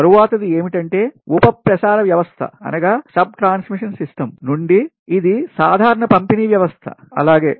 తరువాతది ఏమిటంటే ఉపప్రసారవ్యవస్థ నుండి ఇది సాధారణ పంపిణీ వ్యవస్థఅలాగే